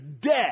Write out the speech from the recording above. dead